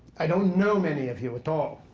i don't know many of you at all.